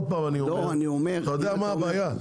אתה יודע מה הבעיה?